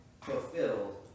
fulfilled